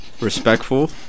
respectful